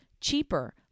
cheaper